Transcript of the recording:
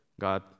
God